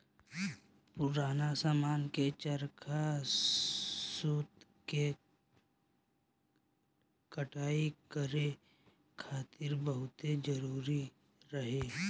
पुरान समय में चरखा सूत के कटाई करे खातिर बहुते जरुरी रहे